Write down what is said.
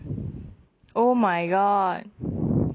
oh my god